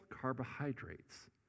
carbohydrates